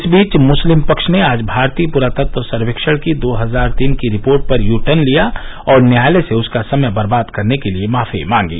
इस बीच मुस्लिम पक्ष ने आज भारतीय पुरातत्व सर्वेक्षण की दो हजार तीन की रिपोर्ट पर यूटर्न लिया और न्यायालय से उसका समय बर्बाद करने के लिए माफी मांगी